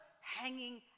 hanging